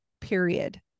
period